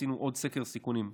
רצינו עוד סקר סיכונים,